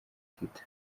twitter